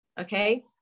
Okay